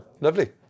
Lovely